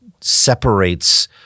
separates